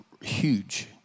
huge